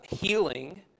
healing